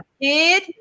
kid